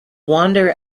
wander